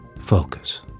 focus